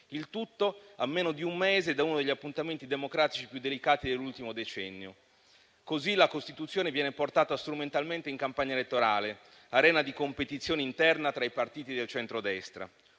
Il tutto a meno di un mese da uno degli appuntamenti democratici più delicati dell'ultimo decennio. Così la Costituzione viene portata strumentalmente in campagna elettorale, arena di competizione interna tra i partiti del centrodestra.